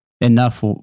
Enough